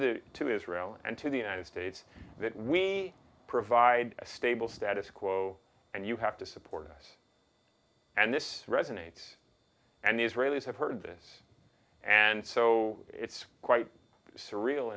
the to israel and to the united states that we provide a stable status quo and you have to support us and this resonates and the israelis have heard this and so it's quite surreal